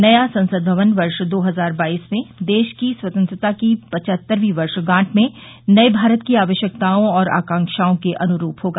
नया संसद भवन दो हजार बाइस में देश की स्वतंत्रता की पचहत्तरवीं वर्षगांठ में नये भारत की आवश्यकताओं और आकांक्षाओं के अनुरूप होगा